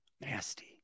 Nasty